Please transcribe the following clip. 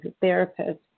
therapist